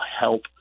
help